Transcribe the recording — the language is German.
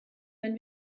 wenn